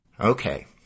Okay